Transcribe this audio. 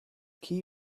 key